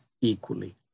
equally